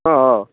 ஓ ஓ